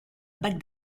bag